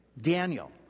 Daniel